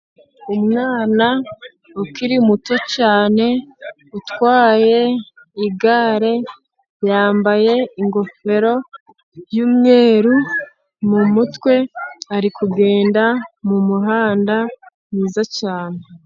Umwana ukiri muto cyane, utwaye igare yambaye ingofero y'umweru mu mutwe, ari kugenda mu muhanda mwiza cyane.